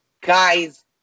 Guys